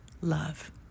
love